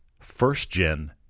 first-gen